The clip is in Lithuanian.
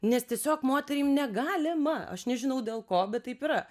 nes tiesiog moterim negalima aš nežinau dėl ko bet taip yra